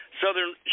Southern